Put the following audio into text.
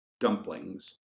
dumplings